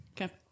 Okay